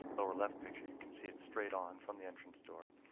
lower left picture you can see it straight on from the entrance door.